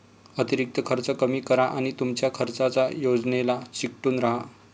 अतिरिक्त खर्च कमी करा आणि तुमच्या खर्चाच्या योजनेला चिकटून राहा